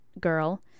girl